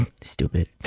Stupid